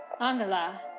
Angela